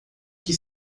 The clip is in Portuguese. que